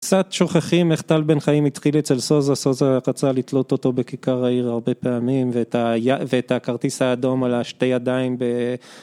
קצת שוכחים איך טל בן חיים התחיל אצל סוזה, סוזה רצה לתלות אותו בכיכר העיר הרבה פעמים ואת הכרטיס האדום על שתי הידיים ב...